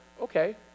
okay